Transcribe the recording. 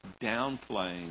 downplaying